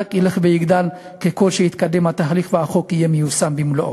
שרק ילך ויגדל ככל שיתקדם התהליך והחוק ייושם במלואו.